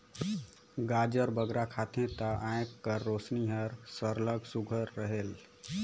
गाजर बगरा खाबे ता आँएख कर रोसनी हर सरलग सुग्घर रहेल